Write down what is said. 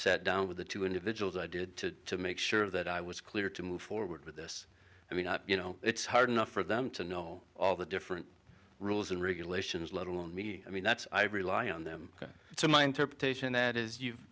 sat down with the two individuals i did to make sure that i was clear to move forward with this i mean you know it's hard enough for them to know all the different rules and regulations let alone i mean that's i rely on them so my interpretation that is you've